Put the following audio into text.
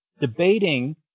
debating